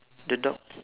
the dog